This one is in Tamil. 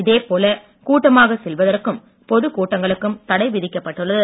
இதே போல கூட்டமாகச் செல்வதற்கும் பொதுக் கூட்டங்களுக்கும் தடை விதிக்கப் பட்டுள்ளது